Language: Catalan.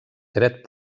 dret